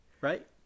Right